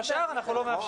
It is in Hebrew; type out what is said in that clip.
ואת השאר אנחנו לא מאפשרים.